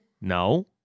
No